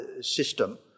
system